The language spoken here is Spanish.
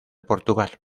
portugal